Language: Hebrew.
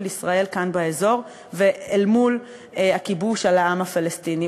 ישראל כאן באזור ואל מול הכיבוש על העם הפלסטיני.